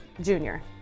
junior